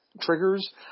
triggers